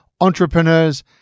entrepreneurs